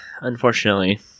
unfortunately